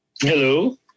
Hello